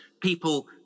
people